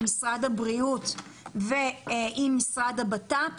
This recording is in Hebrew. משרד הבריאות ועם המשרד לביטחון פנים.